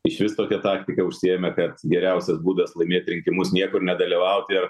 išvis tokią taktiką užsiėmė kad geriausias būdas laimėt rinkimus niekur nedalyvaut ir